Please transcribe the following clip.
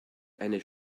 eine